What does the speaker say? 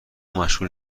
مشغول